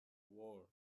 world